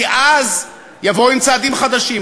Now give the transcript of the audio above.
כי אז יבואו עם צעדים חדשים.